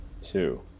Two